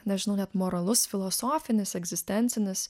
nežinau net moralus filosofinis egzistencinis